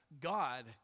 God